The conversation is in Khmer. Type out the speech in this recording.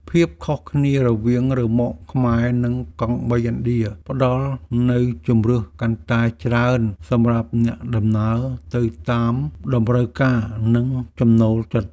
ភាពខុសគ្នារវាងរ៉ឺម៉កខ្មែរនិងកង់បីឥណ្ឌាផ្តល់នូវជម្រើសកាន់តែច្រើនសម្រាប់អ្នកដំណើរទៅតាមតម្រូវការនិងចំណូលចិត្ត។